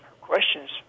questions